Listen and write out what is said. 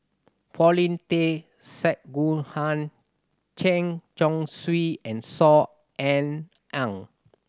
Paulin Tay Straughan Chen Chong Swee and Saw Ean Ang